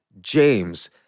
James